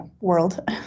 world